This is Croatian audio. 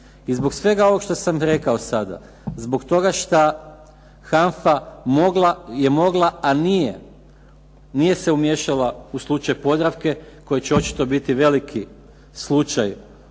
I zbog svega ovog što sam rekao sada, zbog toga što HANFA je mogla a nije, nije se umiješala u slučaj Podravke koji će očito biti veliki slučaj u hrvatskom